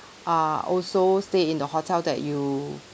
err also stay in the hotel that you